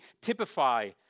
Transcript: typify